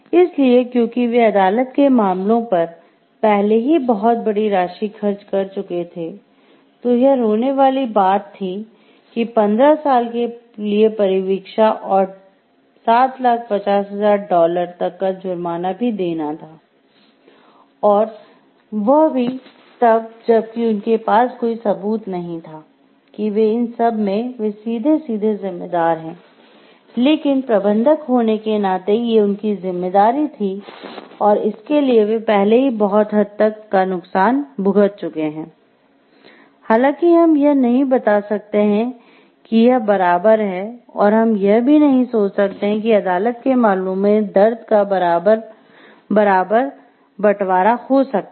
इसलिए क्योंकि वे अदालत के मामलों पर पहले ही बहुत बड़ी राशि खर्च कर चुके थे तो यह रोने वाली बात थी कि 15 साल के लिए परिवीक्षा और डॉलर 750000 तक का जुर्माना भी देना था और वह भी तब जबकि उनके पास कोई सबूत नहीं था कि वे इन सब में वे सीधे सीधे जिम्मेदार है लेकिन प्रबंधक होने के नाते ये उनकी जिम्मेदारी थी और इसके लिए वे पहले ही बहुत हद तक नुकसान भुगत चुके हैं हालांकि हम यह नहीं बता सकते हैं कि यह बराबर है और हम यह भी नहीं सोच सकते हैं कि अदालत के मामलों में दर्द का बराबर बराबर बंटवारा हो सकता है